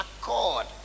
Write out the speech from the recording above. accord